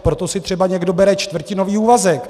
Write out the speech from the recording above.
Proto si třeba někdo bere čtvrtinový úvazek.